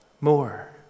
more